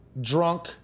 drunk